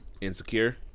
Insecure